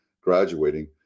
graduating